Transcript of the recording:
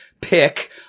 pick